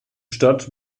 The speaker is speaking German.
stadt